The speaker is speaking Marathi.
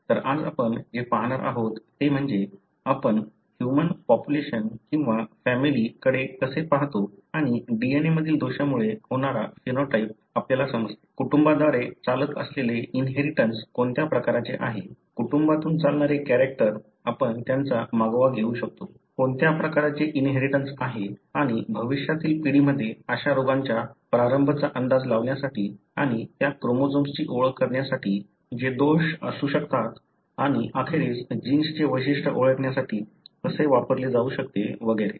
तर आज आपण जे पाहणार आहोत ते म्हणजे आपण ह्यूमन पॉप्युलेशन किंवा फॅमिली कडे कसे पाहतो आणि DNA मधील दोषामुळे होणारा फिनोटाइप आपल्याला समजते कुटुंबाद्वारे चालत असलेले इनहेरिटन्स कोणत्या प्रकारचे आहे कुटुंबातून चालणारे कॅरेक्टर आपण त्यांचा मागोवा घेऊ शकतो कोणत्या प्रकारचे इनहेरिटन्स आहे आणि भविष्यातील पिढीमध्ये अशा रोगांच्या प्रारंभाचा अंदाज लावण्यासाठी आणि त्या क्रोमोझोम्स ची ओळख करण्यासाठी जे दोष असू शकतात आणि अखेरीस जीन्सचे वैशिष्ट्य ओळखण्यासाठी कसे वापरले जाऊ शकते वगैरे